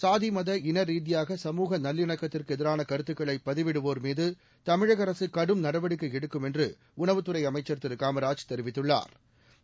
சாதி மத இன ரீதியாக சமூக நல்லிணக்கத்துக்கு எதிரான கருத்துக்களை பதிவிடுவோர் மீது தமிழக அரசு கடும் நடவடிக்கை எடுக்கும் என்று உணவுத்துறை அமைச்சா் திரு காமராஜ் தெரிவித்துள்ளாா்